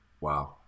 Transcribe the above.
wow